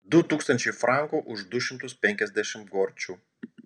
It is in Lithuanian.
du tūkstančiai frankų už du šimtus penkiasdešimt gorčių